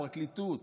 הפרקליטות,